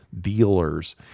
dealers